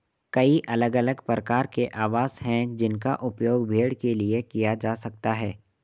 कई अलग अलग प्रकार के आवास हैं जिनका उपयोग भेड़ के लिए किया जा सकता है